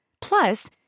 Plus